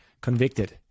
convicted